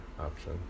option